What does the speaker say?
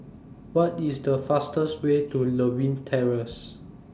What IS The fastest Way to Lewin Terrace